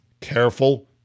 careful